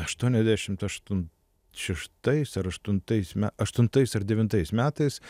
aštuondiasdešimt aštun šeštais ar aštuntais me aštuntais ar devintais metais